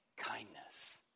kindness